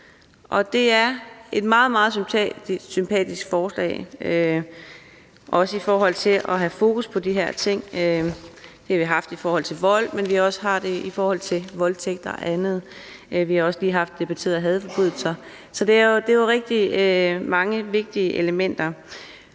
Det er et meget, meget sympatisk forslag, også i forhold til at have fokus på de her ting – det har vi haft i forhold til vold, men at vi også har det i forhold til voldtægt og andet. Vi har også lige debatteret hadforbrydelser, så det er jo rigtig mange vigtige elementer.